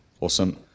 Awesome